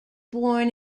born